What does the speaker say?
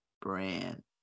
brand